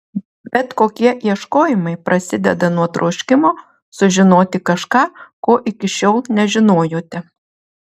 bet kokie ieškojimai prasideda nuo troškimo sužinoti kažką ko iki šiol nežinojote